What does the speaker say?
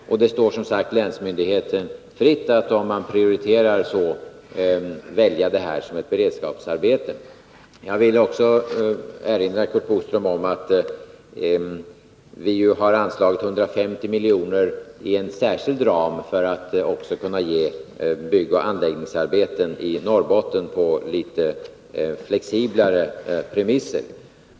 Det står som sagt länsmyndigheten fritt att om man så prioriterar välja att driva det här projektet som beredskapsarbete. Jag vill också erinra Curt Boström om att vi har anslagit 150 miljoner inom en särskild ram för att också kunna tillgodose byggoch anläggningsarbeten i Norrbotten på litet flexiblare premisser.